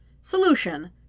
Solution